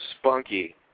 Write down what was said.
Spunky